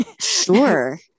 Sure